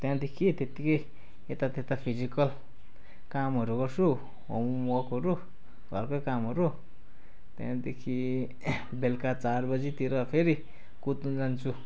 त्यहाँदेखि त्यत्तिकै यतात्यता फिजिकल कामहरू गर्छु होमवर्कहरू घरकै कामहरू त्यहाँदेखि बेलुका चार बजेतिर फेरि कुद्न जान्छु